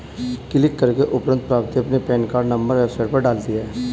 click के उपरांत प्रीति अपना पेन कार्ड नंबर वेबसाइट पर डालती है